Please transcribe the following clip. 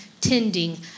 tending